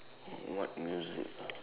oh what music ah